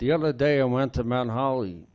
the other day i went to mount holly